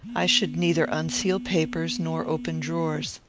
i should neither unseal papers nor open drawers.